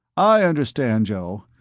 i understand, joe.